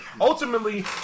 ultimately